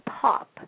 pop